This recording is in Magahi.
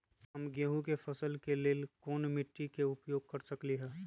हम गेंहू के फसल के लेल कोन मिट्टी के उपयोग कर सकली ह?